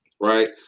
right